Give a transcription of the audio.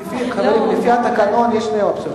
לפי התקנון, יש שתי אופציות.